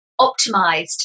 optimized